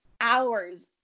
hours